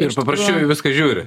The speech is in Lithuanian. ir paprasčiau į viską žiūri